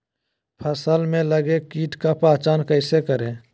फ़सल में लगे किट का पहचान कैसे करे?